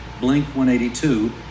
Blink-182